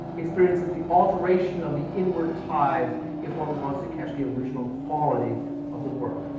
experiences the alteration of the inward tides if one wants to catch the original quality of the work.